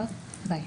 שוב אני